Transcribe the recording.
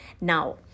Now